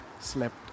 slept